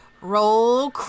Roll